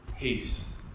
peace